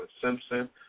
Simpson